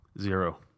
Zero